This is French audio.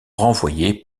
renvoyé